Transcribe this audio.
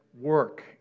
work